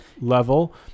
level